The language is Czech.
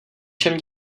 čem